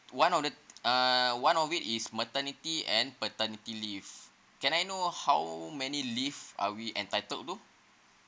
one of the uh one of it is maternity and paternity leave can I know how many leave are we entitled though